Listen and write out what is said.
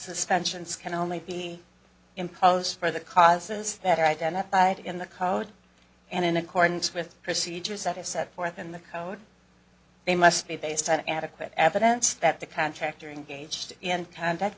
suspensions can only be imposed for the causes that are identified in the code and in accordance with procedures that are set forth in the code they must be based on adequate evidence that the contractor engaged in con